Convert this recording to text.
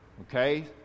Okay